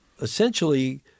essentially